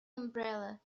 umbrella